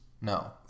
No